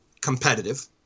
competitive